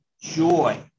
joy